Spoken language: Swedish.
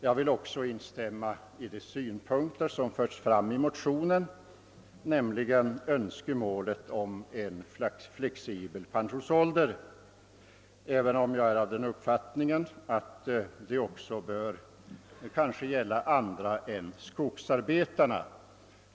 Jag vill instämma i de synpunkter som förts fram i motionen beträffande önskemålet om flexibel pensionsålder, även om jag har den uppfattningen att detta också bör gälla andra än skogsarbetarna.